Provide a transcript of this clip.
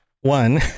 one